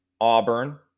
Auburn